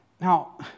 Now